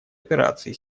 операции